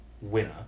winner